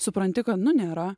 supranti kad nu nėra